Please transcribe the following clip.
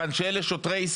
אתה יודע באיזה מגזר אני חי,